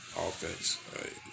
offense